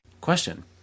Question